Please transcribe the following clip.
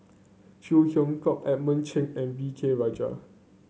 Phey Yew Kok Edmund Cheng and V K Rajah